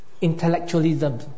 intellectualism